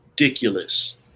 ridiculous